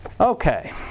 Okay